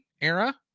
era